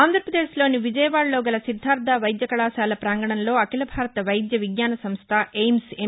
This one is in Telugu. ఆంధ్రపదేశ్లోని విజయవాడలో గల సిద్దార్ట వైద్య కళాశాల పాంగణంలో అఖిల భారత వైద్య విజ్ఞాన సంస్ల ఎయిమ్స్ ఎం